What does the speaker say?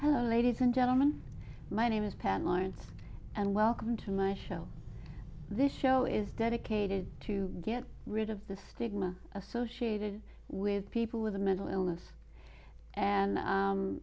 and gentlemen my name is pat lawrence and welcome to my show this show is dedicated to get rid of the stigma associated with people with a mental illness and